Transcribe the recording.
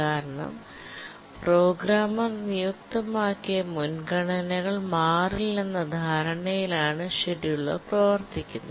കാരണം പ്രോഗ്രാമർ നിയുക്തമാക്കിയ മുൻഗണനകൾ മാറില്ലെന്ന ധാരണയിൽ ആണ് ഷെഡ്യൂളർ പ്രവർത്തിക്കുന്നത്